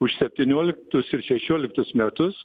už septynioliktus ir šešioliktus metus